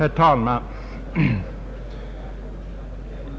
Herr talman!